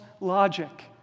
logic